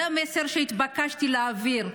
זה המסר שהתבקשתי להעביר.